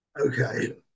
Okay